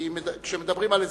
כי כשמדברים על אזרחים,